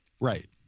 Right